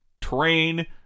terrain